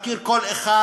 מכיר כל אחד,